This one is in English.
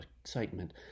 excitement